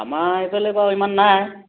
আমাৰ এইফালে বাৰু ইমান নাই